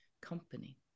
company